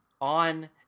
on